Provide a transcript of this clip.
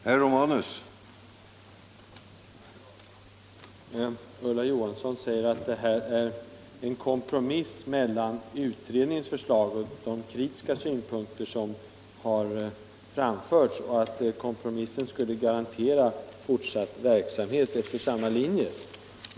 Herr talman! Ulla Johansson säger att det här är en kompromiss mellan utredningens förslag och de kritiska synpunkter som har framförts och att kompromissen skulle garantera fortsatt verksamhet efter samma linjer.